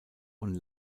und